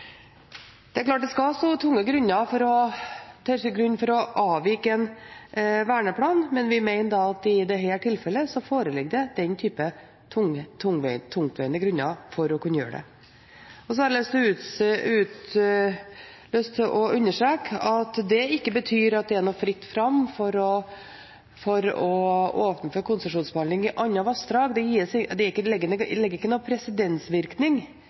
Det er klart at det skal tunge grunner til for å avvike en verneplan, men vi mener at i dette tilfellet foreligger det den typen tungtveiende grunner for å kunne gjøre det. Så har jeg lyst til å understreke at det ikke betyr at det er fritt fram for å åpne for konsesjonsbehandling i andre vassdrag. Det ligger ingen presedensvirkning i den saken vi i dag behandler. Som komiteen sier, er